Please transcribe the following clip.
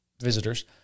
visitors